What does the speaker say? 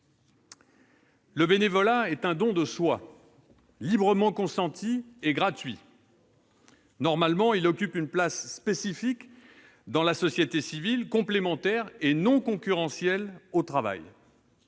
Le bénévolat est un don de soi librement consenti et gratuit. Normalement, il occupe une place spécifique dans la société civile, complémentaire du travail, et non concurrentielle, mais